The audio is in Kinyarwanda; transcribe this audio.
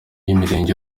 imirenge